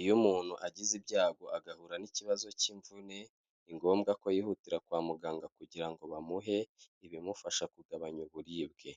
Iyo umuntu agize ibyago agahura n'ikibazo cy'imvune, ni ngombwa ko yihutira kwa muganga kugira ngo bamuhe ibimufasha kugabanya uburibwe,